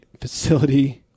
facility